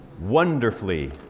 Wonderfully